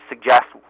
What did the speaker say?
suggest